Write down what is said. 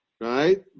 Right